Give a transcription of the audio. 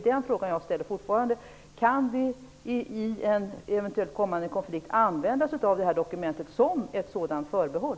Därför ställer jag fortfarande frågan om vi i en eventuell kommande konflikt kan använda oss av detta dokument som ett förbehåll.